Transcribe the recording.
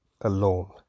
alone